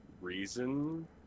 reason